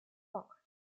bock